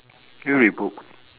do you read book